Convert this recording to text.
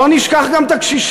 לא נשכח גם את הקשישים.